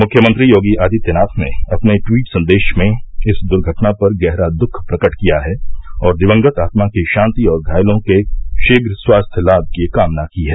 मुख्यमंत्री योगी आदित्यनाथ ने अपने ट्वीट संदेश में इस दुर्घटना पर गहरा दुख प्रकट किया है और दिवंगत आत्मा की शांति और घायलों के शीघ्र स्वास्थ्य लाभ की कामना की है